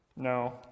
No